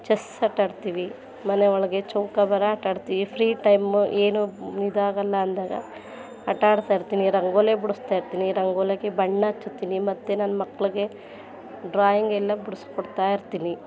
chess ಆಟಾಡ್ತೀವಿ ಮನೆ ಒಳಗೆ ಚೌಕಾಬಾರ ಆಟಾಡ್ತೀವಿ ಫ್ರೀ ಟೈಮು ಏನು ಇದಾಗೋಲ್ಲ ಅಂದಾಗ ಆಟಾಡ್ತಾಯಿರ್ತೀನಿ ರಂಗೋಲಿ ಬಿಡಿಸ್ತಾಯಿರ್ತೀನಿ ರಂಗೋಲಿಗೆ ಬಣ್ಣ ಹಚ್ತೀನಿ ಮತ್ತು ನನ್ನ ಮಕ್ಳಿಗೆ ಡ್ರಾಯಿಂಗೆಲ್ಲ ಬಿಡಿಸ್ಕೊಡ್ತಾಯಿರ್ತೀನಿ